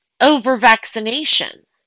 over-vaccinations